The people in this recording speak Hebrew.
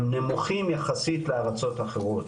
הם נמוכים יחסית לארצות אחרות,